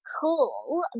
cool